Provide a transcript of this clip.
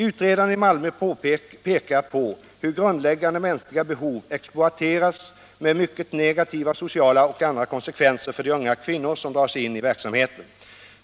Utredarna i Malmö pekar på hur grundläggande mänskliga behov exploateras med mycket negativa sociala och andra konsekvenser för de unga kvinnor som dras in i verksamheten.